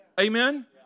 Amen